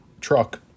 truck